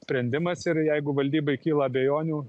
sprendimas ir jeigu valdybai kyla abejonių